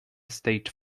stage